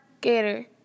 Gator